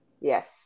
Yes